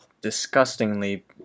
disgustingly